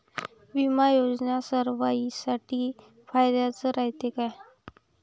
बिमा योजना सर्वाईसाठी फायद्याचं रायते का?